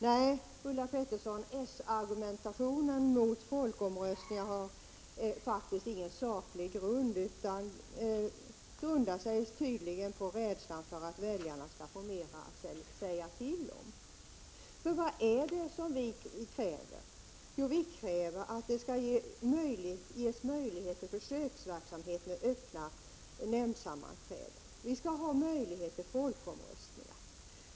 Nej, Ulla Pettersson, s-argumentationen mot folkomröstningen har faktiskt ingen saklig grund. Den grundar sig tydligen på rädslan att väljarna skall få mer att säga till om. Vad är det vi nämligen kräver? Jo, vi kräver att det skall ges möjlighet till . försöksverksamhet med öppna nämndsammanträden och till folkomröstningar.